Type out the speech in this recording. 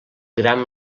gram